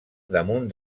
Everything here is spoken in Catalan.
damunt